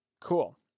Cool